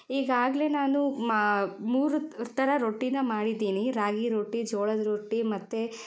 ಈಗಾಗಲೇ ನಾನು ಮಾ ಮೂರು ತ ಥರ ರೊಟ್ಟಿನ ಮಾಡಿದ್ದೀನಿ ರಾಗಿ ರೊಟ್ಟಿ ಜೋಳದ ರೊಟ್ಟಿ ಮತ್ತು